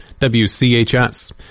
WCHS